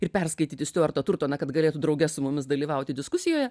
ir perskaityti stiuartą turtoną kad galėtų drauge su mumis dalyvauti diskusijoje